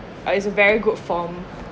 uh is a very good form